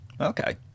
Okay